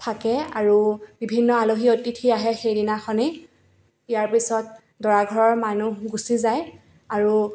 থাকে আৰু বিভিন্ন আলহী অতিথি আহে সেইদিনাখনেই ইয়াৰ পিছত দৰা ঘৰৰ মানুহ গুচি যায় আৰু